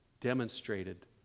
demonstrated